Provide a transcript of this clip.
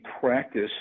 practice